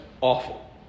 awful